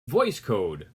voicecode